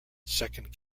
second